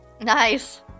Nice